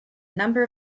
number